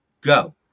go